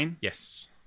Yes